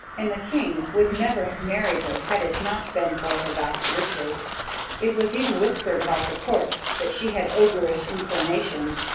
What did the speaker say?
and the king would never have married her had it not been for her vast riches it was even whispered about the court that she had ogreish inclinations,